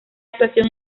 actuación